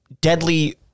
deadly